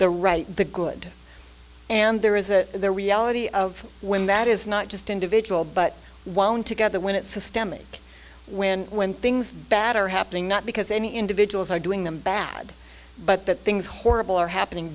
the right the good and there is a there reality of when that is not just individual but won't together when it systemic when when things bad are happening not because any individuals are doing them bad but that things horrible are happening